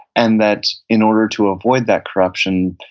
and that in order to avoid that corruption,